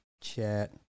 chat